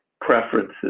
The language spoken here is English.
preferences